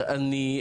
עני,